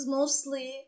mostly